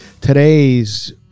today's